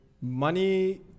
money